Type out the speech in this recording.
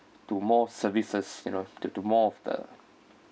to more services you know to to more of the